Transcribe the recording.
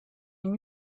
den